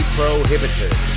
prohibited